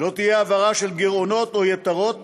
ולא תהיה העברה של גירעונות או יתרות